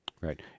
Right